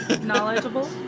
knowledgeable